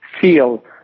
feel